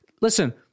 listen